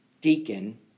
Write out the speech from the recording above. deacon